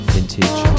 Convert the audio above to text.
Vintage